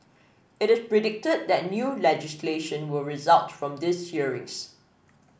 it is predicted that new legislation will result from these hearings